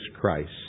Christ